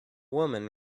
woman